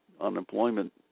unemployment